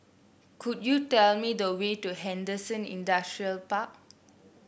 could you tell me the way to Henderson Industrial Park